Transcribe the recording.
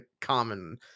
common